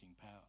power